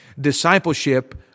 discipleship